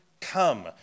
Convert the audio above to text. come